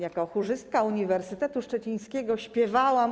Jako chórzystka Uniwersytetu Szczecińskiego śpiewałam